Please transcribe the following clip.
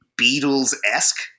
Beatles-esque